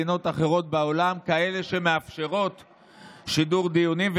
יאפשר שידור דיונים,